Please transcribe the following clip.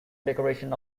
decorations